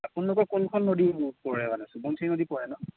আপোনালোকৰ কোনখন নদী পৰে মানে সোৱণশিৰি নদী পৰে ন